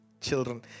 children